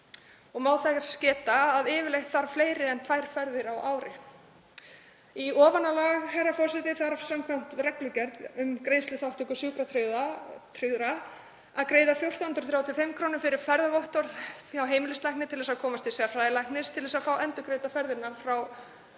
og má geta þess að yfirleitt þarf fleiri en tvær ferðir á ári. Í ofanálag, herra forseti, þarf samkvæmt reglugerð um greiðsluþátttöku sjúkratryggðra að greiða 1.435 kr. fyrir ferðavottorð hjá heimilislækni til að komast til sérfræðilæknis til að fá endurgreiddar ferðir frá